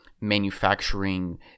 manufacturing